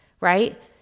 right